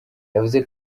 yavuze